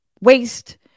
waste